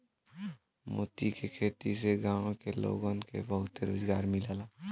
मोती क खेती से गांव के लोगन के बहुते रोजगार मिल जाला